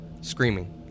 screaming